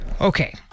Okay